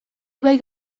ibai